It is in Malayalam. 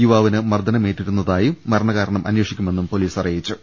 യുവാവിന് മർദ്ദനമേറ്റിരുന്നതായും മരണകാരണം അന്വേഷി ക്കുമെന്നും പൊലീസ് അറിയിച്ചു